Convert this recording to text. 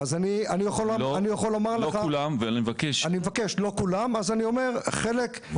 לא כולם ואני מבקש --- לא כולם, אתה יודע מה?